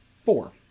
four